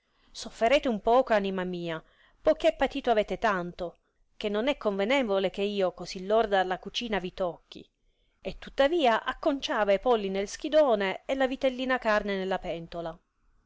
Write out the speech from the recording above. sofferete un poco anima mia poi che patito avete tanto che non è convenevole che io cosi lorda dalla cucina vi tocchi e tuttavia acconciava e polli nel schidone e la vitellina carne nella pentola